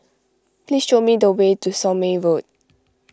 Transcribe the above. please show me the way to Somme Road